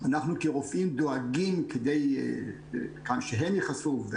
אנחנו כרופאים דואגים גם שהם ייחשפו,